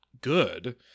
good